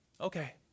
okay